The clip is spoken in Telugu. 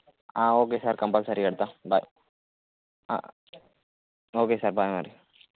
ఓకే సార్ కంపల్సరీ కడతాను బాయ్ ఓకే సార్ బాయ్ మరి